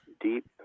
deep